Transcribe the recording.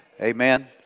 Amen